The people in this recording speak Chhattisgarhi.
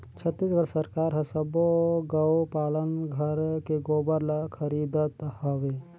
छत्तीसगढ़ सरकार हर सबो गउ पालन घर के गोबर ल खरीदत हवे